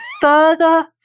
further